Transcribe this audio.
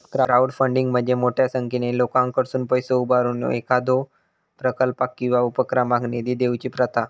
crowdfunding म्हणजे मोठ्यो संख्येन लोकांकडसुन पैसा उभारून एखाद्यो प्रकल्पाक किंवा उपक्रमाक निधी देऊची प्रथा